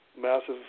massive